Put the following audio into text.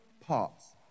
parts